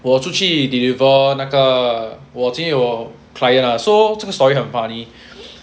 我出去 deliver 那个我去见我 client lah so 这个 story 很 funny